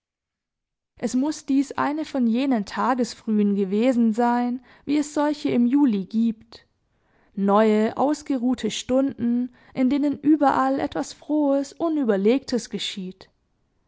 es muß dies eine von jenen tagesfrühen gewesen sein wie es solche im juli giebt neue ausgeruhte stunden in denen überall etwas frohes unüberlegtes geschieht